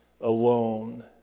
alone